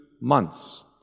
months